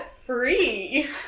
free